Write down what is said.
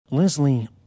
Leslie